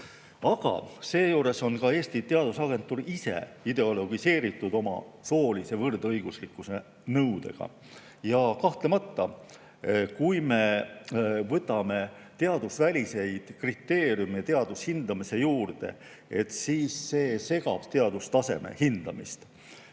Aga seejuures on ka Eesti Teadusagentuur ise ideologiseeritud oma soolise võrdõiguslikkuse nõudega. Ja kahtlemata, kui me võtame teadusväliseid kriteeriume teadushindamise juurde, siis see segab teadustaseme hindamist.